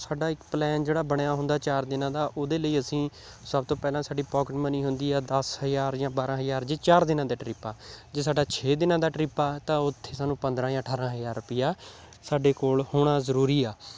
ਸਾਡਾ ਇੱਕ ਪਲੈਨ ਜਿਹੜਾ ਬਣਿਆ ਹੁੰਦਾ ਚਾਰ ਦਿਨਾਂ ਦਾ ਉਹਦੇ ਲਈ ਅਸੀਂ ਸਭ ਤੋਂ ਪਹਿਲਾਂ ਸਾਡੀ ਪੋਕਟ ਮਨੀ ਹੁੰਦੀ ਆ ਦਸ ਹਜ਼ਾਰ ਜਾਂ ਬਾਰਾਂ ਹਜ਼ਾਰ ਜੇ ਚਾਰ ਦਿਨਾਂ ਦਾ ਟ੍ਰਿਪ ਆ ਜੇ ਸਾਡਾ ਛੇ ਦਿਨਾਂ ਦਾ ਟ੍ਰਿਪ ਆ ਤਾਂ ਉੱਥੇ ਸਾਨੂੰ ਪੰਦਰਾਂ ਜਾਂ ਅਠਾਰਾਂ ਹਜ਼ਾਰ ਰੁਪਈਆ ਸਾਡੇ ਕੋਲ ਹੋਣਾ ਜ਼ਰੂਰੀ ਆ